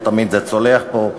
לא תמיד זה צולח פה,